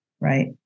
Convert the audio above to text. right